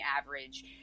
average